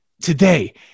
today